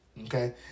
okay